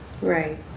Right